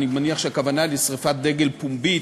אני מניח שהכוונה לשרפת דגל פומבית,